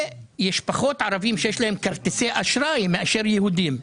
יש פחות ערבים שיש להם כרטיסי אשראי מאשר יהודים.